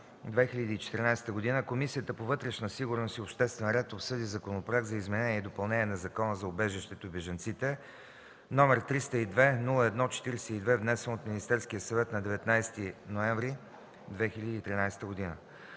2014 г., Комисията по вътрешна сигурност и обществен ред обсъди Законопроект за изменение и допълнение на Закона за убежището и бежанците, № 302-01-42, внесен от Министерския съвет на 19 ноември 2013 г.